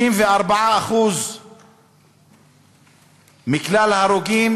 34% מכלל ההרוגים